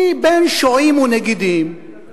היא בין שועים ונגידים,